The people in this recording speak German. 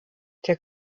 der